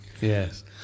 Yes